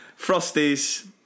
Frosties